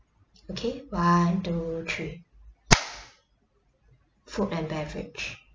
okay one two three food and beverage